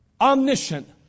omniscient